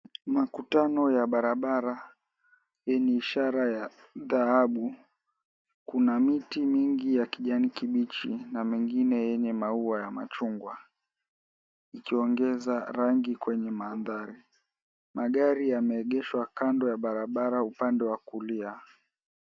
Makutano ya barabara yenye ishara ya dhahabu, kuna miti nyingi ya kijani kibichi na mengine yenye maua ya machungwa ikiongeza rangi kwenye mandhari. Magari yameegeshwa kando ya barabara upande wa kulia.